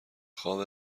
خواب